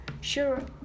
Sure